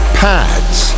pads